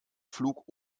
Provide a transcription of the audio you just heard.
flug